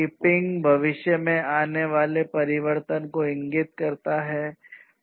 tipping भविष्य में आने वाले परिवर्तन को इंगित करता है